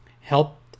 help